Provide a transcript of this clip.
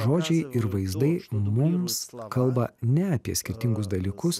žodžiai ir vaizdai mums kalba ne apie skirtingus dalykus